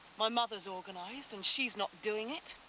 my mother's organized, and she's not doing it.